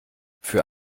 für